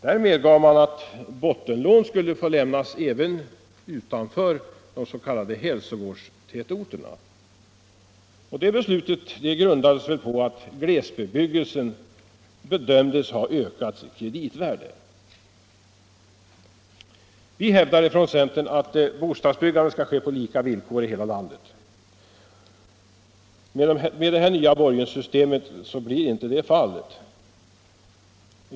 Där medgav man att bottenlån skulle få lämnas även utanför de s.k. hälsovårdstätorterna. Det beslutet grundades väl på att glesbebyggelsen bedömdes ha ökat sitt kreditvärde? Vi hävdar från centerns sida att bostadsbyggandet skall ske på lika villkor över hela landet. Med det nya borgenssystemet blir detta inte fallet.